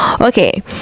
Okay